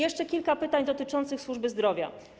Jeszcze kilka pytań dotyczących służby zdrowia.